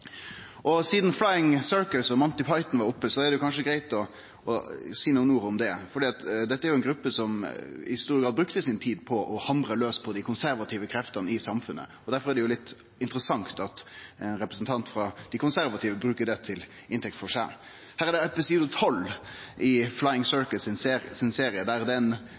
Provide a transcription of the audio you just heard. Sidan Flying Circus og Monty Python var oppe, er det kanskje greitt å seie nokre ord om det, for dette er ei gruppe som i stor grad brukte tida si på å hamre laus på dei konservative kreftene i samfunnet. Derfor er det litt interessant at ein representant frå dei konservative bruker det til inntekt for seg. I episode 12 i Flying Circus-serien er det